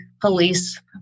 police